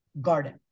garden